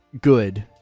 good